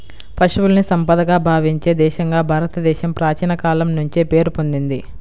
పశువుల్ని సంపదగా భావించే దేశంగా భారతదేశం ప్రాచీన కాలం నుంచే పేరు పొందింది